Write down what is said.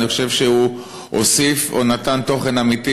אני חושב שהוא הוסיף או נתן תוכן אמיתי